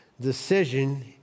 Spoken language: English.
decision